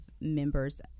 members